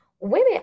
Women